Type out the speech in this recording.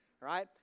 right